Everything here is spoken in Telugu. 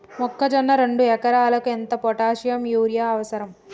మొక్కజొన్న రెండు ఎకరాలకు ఎంత పొటాషియం యూరియా అవసరం?